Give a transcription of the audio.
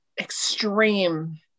extreme